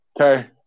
Okay